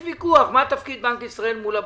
יש ויכוח מה תפקיד בנק ישראל מול הבנקים.